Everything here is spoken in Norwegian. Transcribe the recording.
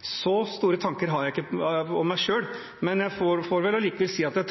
så store tanker har jeg ikke om meg selv. Jeg får vel likevel si at jeg